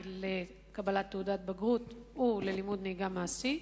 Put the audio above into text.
לקבלת תעודת בגרות וללימוד נהיגה מעשי?